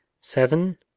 Seven